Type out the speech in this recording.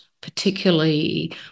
particularly